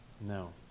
No